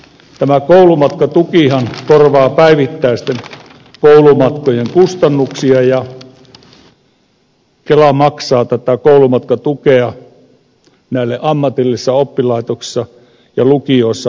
tämä koulumatkatukihan korvaa päivittäisten koulumatkojen kustannuksia ja kela maksaa tätä koulumatkatukea näille ammatillisissa oppilaitoksissa ja lukioissa opiskeleville